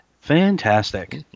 Fantastic